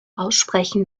aussprechen